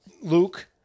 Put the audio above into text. Luke